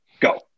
Go